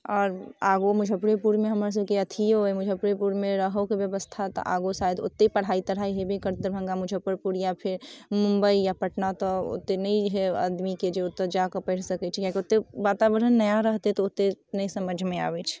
आओर आगू मुजफ्फरेपुरमे हमरासबके अथिओ अइ मुजफ्फरेपुरमे रहैओके बेबस्था तऽ आगू शायद ओतहि पढ़ाइ तढ़ाइ हेबै करतै दरभङ्गा मुजफ्फरपुर या फेर मुम्बइ या पटना तऽ ओतेक नहि हइ आदमीके जे ओतऽ जाकऽ पढ़ि सकै छै कियाकि ओतऽ वातावरण नया रहतै तऽ ओतेक नहि समझिमे आबै छै